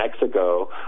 Mexico